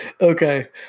Okay